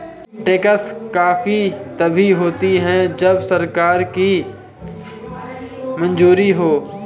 tax माफी तभी होती है जब सरकार की मंजूरी हो